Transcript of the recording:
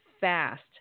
fast